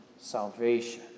salvation